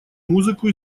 музыку